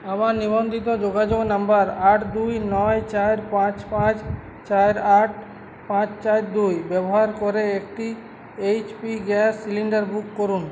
আমার নিবন্ধিত যোগাযোগ নাম্বার আট দুই নয় চার পাঁচ পাঁচ চার আট পাঁচ চার দুই ব্যবহার করে একটি H P gas cylinder book করুন